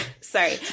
Sorry